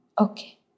Okay